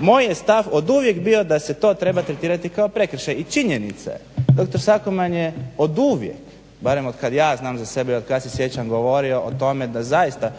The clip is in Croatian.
moj je stav oduvijek bio da se to treba tretirati kao prekršaj i činjenica je da dr. Sakoman je oduvijek barem otkad ja znam za sebe i otkad se sjećam govorio o tome da zaista